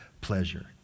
pleasure